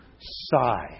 sigh